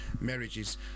marriages